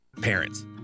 Parents